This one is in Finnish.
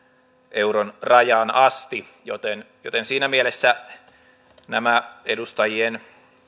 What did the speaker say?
euron rajaan asti joten joten siinä mielessä nämä edustajien